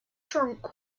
trunk